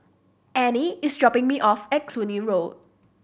Annie is dropping me off at Cluny Road